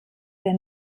der